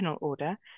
Order